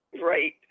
right